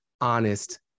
honest